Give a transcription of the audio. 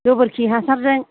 गोबोरखि हासारजों